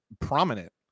prominent